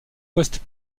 post